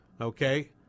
okay